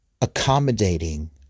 accommodating